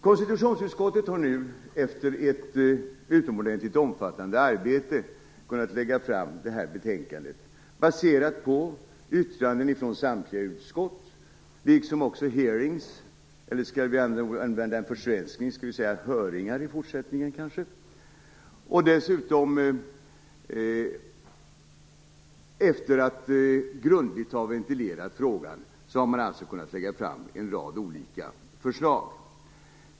Konstitutionsutskottet har nu efter ett utomordentligt omfattande arbete kunnat lägga fram det här betänkandet, baserat på yttranden från samtliga utskott liksom på hearings - kanske skall vi använda en försvenskning och säga "höringar" i fortsättningen. Efter att grundligt ha ventilerat frågan har man alltså kunnat lägga fram en rad olika förslag.